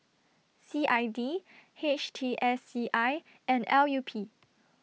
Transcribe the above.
C I D H T S C I and L U P